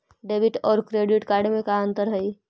Debit और credit card में का अंतर हइ?